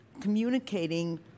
Communicating